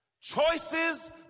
Choices